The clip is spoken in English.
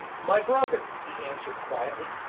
my brother, he answered quietly,